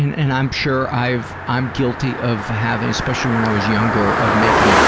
and i'm sure i've, i'm guilty of having, especially when i was younger, of making, yeah